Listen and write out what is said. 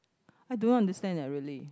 I don't understand leh really